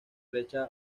flecha